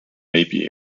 maybe